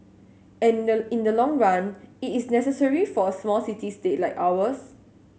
and the in the long run it is necessary for a small city state like ours